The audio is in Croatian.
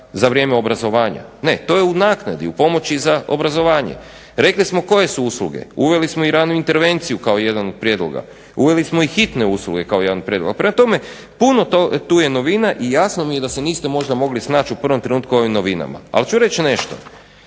za vrijeme obrazovanja. Ne, to je u naknadi, u pomoći za obrazovanje. Rekli smo koje su usluge, uveli smo i ranu intervenciju kao jedan od prijedloga, uveli smo i hitne usluge kao jedan od prijedloga. Prema tome, puno tu je novina i jasno mi je da se niste možda mogli snaći u prvom trenutku u ovim novinama. Ali ću reći nešto,